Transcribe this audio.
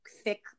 thick